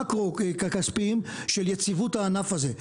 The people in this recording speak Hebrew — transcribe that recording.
מאקרו כספיים של יציבות הענף הזה.